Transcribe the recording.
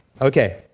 Okay